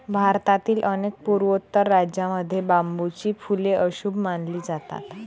भारतातील अनेक पूर्वोत्तर राज्यांमध्ये बांबूची फुले अशुभ मानली जातात